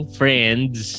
friends